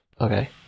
Okay